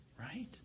Right